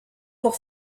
pour